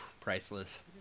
priceless